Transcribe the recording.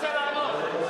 לענות.